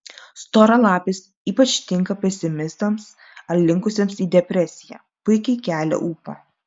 storalapis ypač tinka pesimistams ar linkusiems į depresiją puikiai kelia ūpą